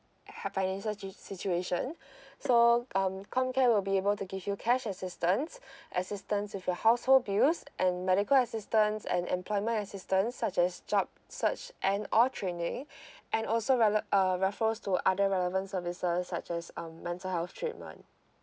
have financial sit~ situation so um comcare will be able to give you cash assistance assistance with your household bills and medical assistance and employment assistance such as job search and all training and also rele~ uh raffles to other relevant services such as um mental health treatment